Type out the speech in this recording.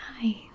Hi